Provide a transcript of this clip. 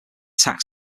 tax